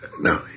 no